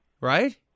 Right